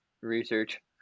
research